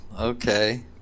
okay